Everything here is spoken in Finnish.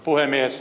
puhemies